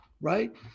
right